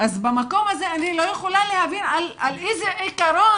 אז במקום הזה אני לא יכולה להבין על איזה עיקרון